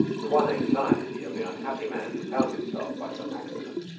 the one anxiety of the unhappy man who found himself, by some accident,